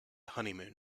honeymoon